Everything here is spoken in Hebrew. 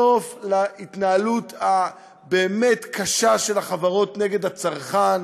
סוף להתנהלות הבאמת-קשה של החברות נגד הצרכן,